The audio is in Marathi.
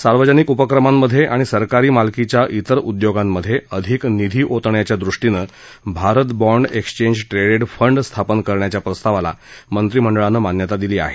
सार्वजनिक उपक्रमांमधे आणि सरकारी मालकीच्या इतर उदयोगांमधे अधिक निधी ओतण्याच्या ृष्टीनं Bharat bond exchange traded fund स्थापन करण्याच्या प्रस्तावाला मंत्रिमंडळानं मान्यता दिली आहे